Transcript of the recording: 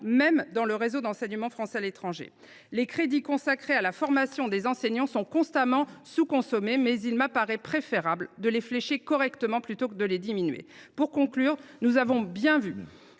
même dans le réseau d’enseignement français à l’étranger. Les crédits consacrés à la formation des enseignants sont constamment sous consommés, mais il m’apparaît préférable de les flécher correctement plutôt que de les diminuer. Le budget consacré à